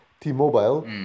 T-Mobile